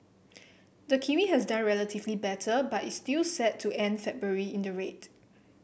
the kiwi has done relatively better but is still set to end February in the red